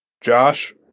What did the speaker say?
Josh